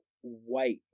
white